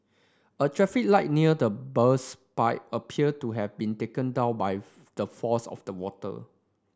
a traffic light near the burst pipe appeared to have been taken down by the force of the water